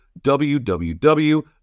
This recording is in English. www